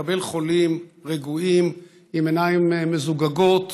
קבל חולים רגועים עם עיניים מזוגגות,